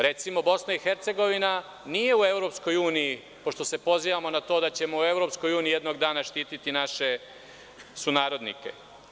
Recimo, BiH nije u Evropskoj uniji, pošto se pozivamo na to da ćemo u Evropskoj uniji jednog dana štititi naše sunarodnike.